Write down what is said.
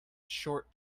short